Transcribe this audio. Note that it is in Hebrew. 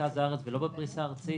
שירות רק במרכז הארץ ולא בפריסה ארצית,